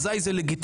אזי זה לגיטימי.